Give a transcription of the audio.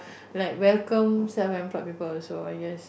like welcome self employed people also I guess